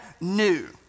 new